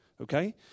okay